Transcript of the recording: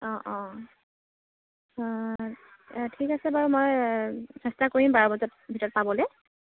অঁ অঁ আ ঠিক আছে বাৰু মই চেষ্টা কৰিম বাৰ বজাৰ ভিতৰত পাবলৈ